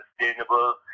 sustainable